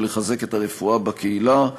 ולחזק את הרפואה בקהילה.